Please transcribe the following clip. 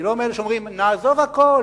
אני לא מאלה שאומרים: נעזוב הכול,